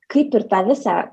kaip ir tą visą